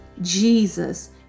Jesus